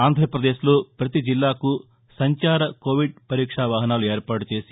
ఆంధ్రప్రదేశ్లో పతిజిల్లాకు సంచార కోవిద్ పరీక్షా వాహనాలు ఏర్పాటుచేసి